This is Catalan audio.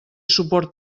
suport